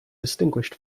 distinguished